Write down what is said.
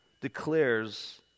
declares